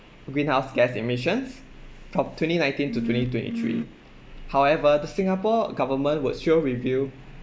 greenhouse gas emissions from twenty nineteen to twenty twenty three however the singapore government would show review